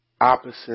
opposite